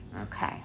Okay